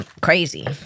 crazy